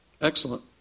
Excellent